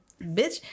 Bitch